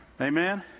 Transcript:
Amen